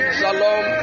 shalom